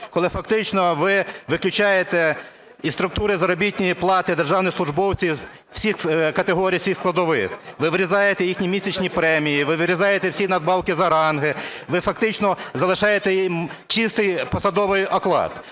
коли фактично ви виключаєте із структури заробітної плати державних службовців всіх категорій всіх складових, ви врізаєте їхні місячні премії, ви вирізаєте всі надбавки за ранги, ви фактично залишаєте їм чистий посадовий оклад.